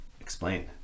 explain